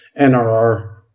NRR